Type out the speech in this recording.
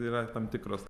yra tam tikros